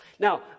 Now